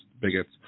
bigots